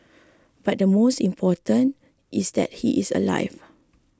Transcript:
but the most important is that he is alive